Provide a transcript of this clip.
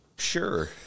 sure